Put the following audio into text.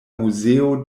muzeo